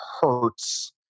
hurts